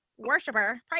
worshiper